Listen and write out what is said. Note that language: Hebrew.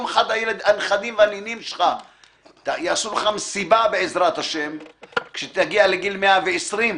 יום אחד הנכדים והנינים שלך יעשו לך מסיבה בעזרת השם כשתגיע לגיל 120,